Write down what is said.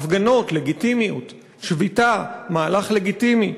הפגנות, לגיטימיות, שביתה, מהלך לגיטימי.